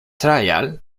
trial